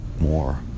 more